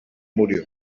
murió